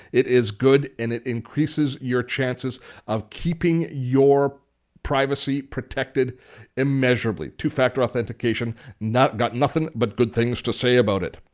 it is good and it increases your chances of keeping your privacy protected immeasurably. two-factor authentication i've got nothing but good things to say about it.